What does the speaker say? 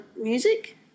music